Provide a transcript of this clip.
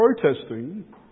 protesting